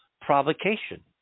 provocation